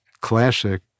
classic